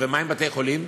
בתי-ספר, ומה עם בתי-חולים?